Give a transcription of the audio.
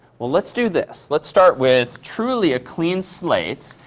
well, let's do this. let's start with truly a clean slate.